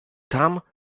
tam